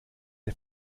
der